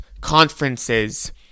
conferences